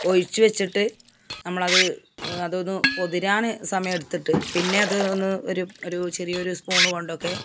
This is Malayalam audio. ഒഴിച്ചുവച്ചിട്ട് നമ്മളത് അതൊന്ന് പൊതിരാന് സമയമെടുത്തിട്ട് പിന്നെ അത് ഒന്ന് ചെറിയൊര് സ്പൂണ് കൊണ്ടൊക്കെ